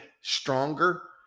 stronger